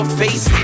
face